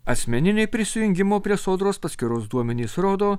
asmeniniai prisijungimo prie sodros paskyros duomenys rodo